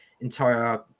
entire